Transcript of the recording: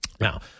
Now